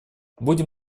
будем